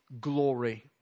glory